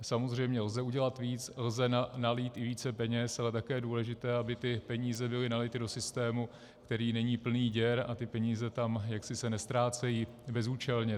Samozřejmě lze udělat víc, lze nalít i více peněz, ale také je důležité, aby peníze byly nality do systému, který není plný děr a peníze se tam jaksi neztrácejí bezúčelně.